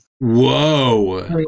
Whoa